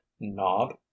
knob